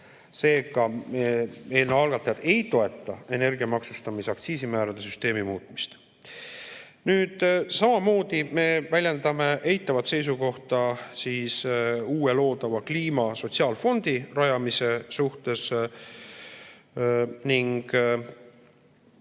Seega, eelnõu algatajad ei toeta energia maksustamise aktsiisimäärade süsteemi muutmist. Samamoodi me väljendame eitavat seisukohta uue loodava kliima[meetmete] sotsiaalfondi rajamise suhtes ning